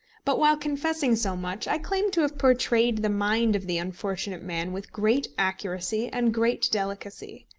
but while confessing so much, i claim to have portrayed the mind of the unfortunate man with great accuracy and great delicacy.